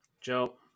Joe